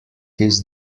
his